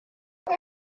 ati